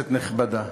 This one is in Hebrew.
כנסת נכבדה,